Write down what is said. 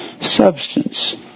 substance